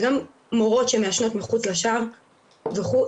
גם מורות שמעשנות מחוץ לשער וכו',